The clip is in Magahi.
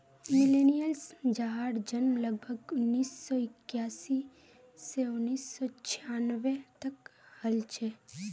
मिलेनियल्स जहार जन्म लगभग उन्नीस सौ इक्यासी स उन्नीस सौ छानबे तक हल छे